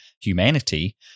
humanity